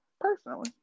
personally